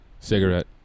Cigarette